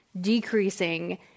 decreasing